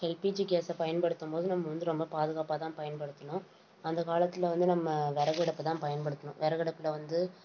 LPG கேஸை பயன்படுத்தும்போது நம்ம வந்து ரொம்ப பாதுகாப்பாக தான் பயன்படுத்தணும் அந்த காலத்தில் வந்து நம்ம விறகடுப்பு தான் பயன்படுத்தினோம் விறகடுப்புல வந்து